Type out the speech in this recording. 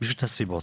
משתי סיבות,